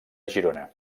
girona